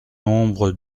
nombre